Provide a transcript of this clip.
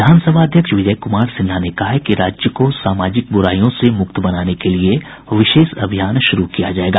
विधानसभा अध्यक्ष विजय कुमार सिन्हा ने कहा है कि राज्य को सामाजिक बुराईयों से मुक्त बनाने के लिए विशेष अभियान शुरू किया जायेगा